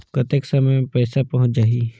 कतेक समय मे पइसा पहुंच जाही?